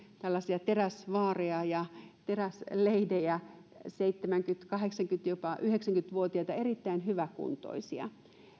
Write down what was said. tällaisia teräsvaareja ja teräsleidejä seitsemänkymmentä kahdeksankymmentä jopa yhdeksänkymmentä vuotiaita erittäin hyväkuntoisia